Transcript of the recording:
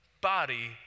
body